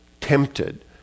tempted